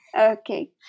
okay